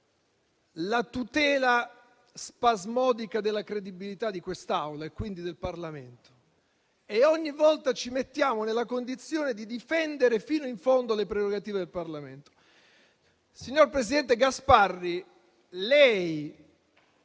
la tutela spasmodica della credibilità di quest'Assemblea e, quindi, del Parlamento. Ogni volta ci mettiamo nella condizione di difendere fino in fondo le prerogative del Parlamento. Signor presidente Gasparri, lei